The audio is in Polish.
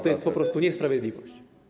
To jest po prostu niesprawiedliwość.